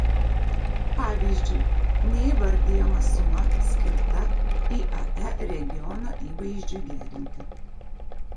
pavyzdžiui neįvardijama suma skirta iae regiono įvaizdžiui gerinti